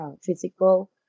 physical